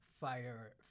fire